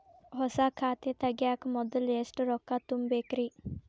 ಹೊಸಾ ಖಾತೆ ತಗ್ಯಾಕ ಮೊದ್ಲ ಎಷ್ಟ ರೊಕ್ಕಾ ತುಂಬೇಕ್ರಿ?